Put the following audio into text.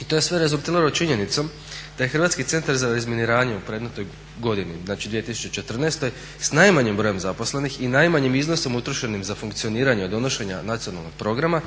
I to je sve rezultiralo činjenicom da je HCR u predmetnoj godini, znači 2014., s najmanjim brojem zaposlenih i najmanjim iznosom utrošenim za funkcioniranje od donošenja nacionalnog programa